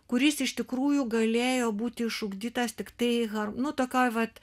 kuris iš tikrųjų galėjo būti išugdytas tiktai har nu tokioj vat